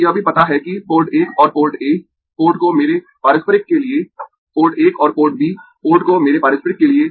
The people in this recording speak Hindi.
मुझे यह भी पता है कि पोर्ट 1 और पोर्ट A पोर्ट को मेरे पारस्परिक के लिए पोर्ट 1 और पोर्ट B पोर्ट को मेरे पारस्परिक के लिए